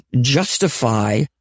justify